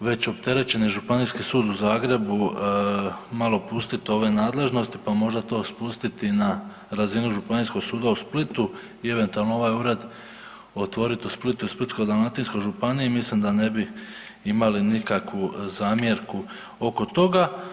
već opterećeni Županijski sud u Zagrebu malo pustiti ove nadležnosti pa možda to spustiti na razinu Županijskog suda u Splitu i eventualno ovaj ured otvoriti u Splitu i Splitsko-dalmatinskoj županiji, mislim da ne bi imali nikakvu zamjerku oko toga.